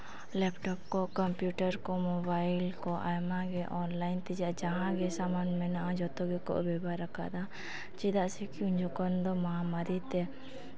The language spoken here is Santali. ᱞᱮᱯᱴᱚᱯ ᱠᱚ ᱠᱚᱢᱯᱤᱭᱩᱴᱟᱨ ᱠᱚ ᱢᱳᱵᱟᱭᱤᱞ ᱠᱚ ᱟᱭᱢᱟᱜᱮ ᱚᱱᱞᱟᱭᱤᱱ ᱛᱮᱱᱟᱜ ᱡᱟᱦᱟᱸᱜᱮ ᱥᱟᱢᱟᱱ ᱢᱮᱱᱟᱜᱼᱟ ᱡᱚᱛᱚ ᱜᱮᱠᱚ ᱵᱮᱵᱚᱦᱟᱨᱟᱠᱟᱫᱟ ᱪᱮᱫᱟᱜ ᱥᱮ ᱩᱱ ᱡᱚᱠᱷᱚᱱ ᱫᱚ ᱢᱚᱦᱟᱢᱟᱨᱤᱛᱮ